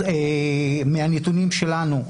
מהנתונים שלנו,